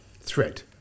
threat